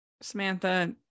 Samantha